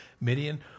Midian